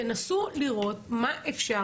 תנסו לראות מה אפשר,